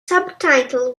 subtitle